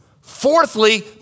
Fourthly